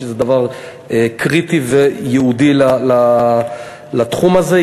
שזה דבר קריטי וייעודי לתחום הזה.